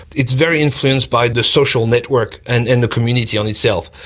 it's very influenced by the social network and and the community on itself.